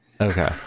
Okay